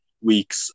weeks